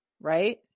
right